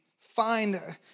find